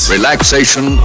Relaxation